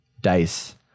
DICE